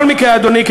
אדוני,